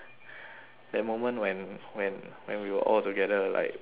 that moment when when when we were all together like when we